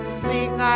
sing